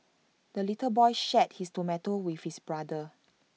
the little boy shared his tomato with his brother